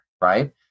right